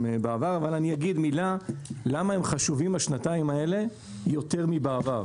בעבר אבל אני אגיד למה הם חשובים בשנתיים האלה יותר מאשר בעבר.